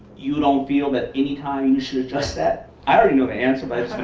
you don't feel that any time, you should adjust that? i already know the answer, but